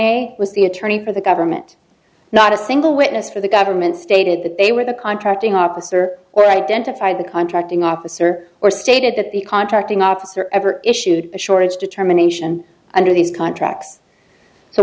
mining was the attorney for the government not a single witness for the government stated that they were the contracting officer or identified the contracting officer or stated that the contracting officer ever issued a shortage determination under these contracts so